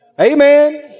Amen